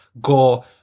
go